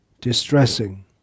distressing